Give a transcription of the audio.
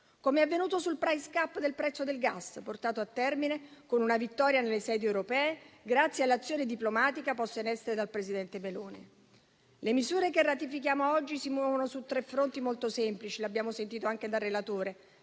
com'è avvenuto sul *price cap* del prezzo del gas, portato a termine, con una vittoria nelle sedi europee, grazie all'azione diplomatica posta in essere dal presidente Meloni. Le misure che ratifichiamo oggi si muovono su tre fronti molto semplici, come abbiamo sentito anche dal relatore: